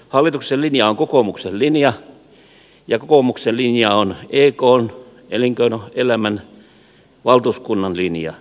hallituksen linja on kokoomuksen linja ja kokoomuksen linja on ekn ja elinkeinoelämän valtuuskunnan linja